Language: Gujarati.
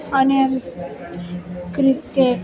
અને ક્રિકેટ